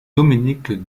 dominique